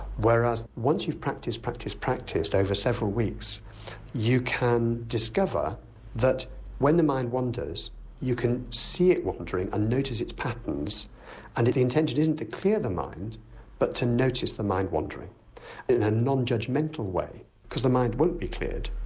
whereas once you've practised, practised, practised, over several weeks you can discover that when the mind wanders you can see it wandering and notice its patterns and the intention isn't to clear the mind but to notice the mind wandering in a non-judgmental way because the mind won't be cleared.